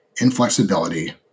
inflexibility